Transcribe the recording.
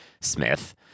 Smith